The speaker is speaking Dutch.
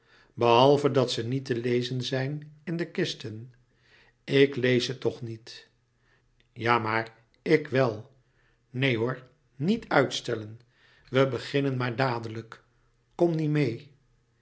behalve dat ze niet te lezen zijn in de kisten ik lees ze toch niet ja maar ik wel neen hoor niet uitstellen we beginnen maar dadelijk kom nu meê